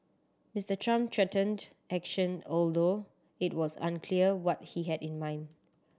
Mister Trump threatened action although it was unclear what he had in mind